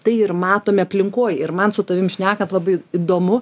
tai ir matome aplinkoj ir man su tavimi šnekant labai įdomu